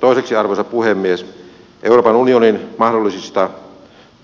toiseksi arvoisa puhemies euroopan unionin mahdollisista